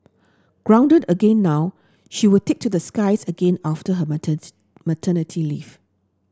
grounded again now she will take to the skies again after her maternity leave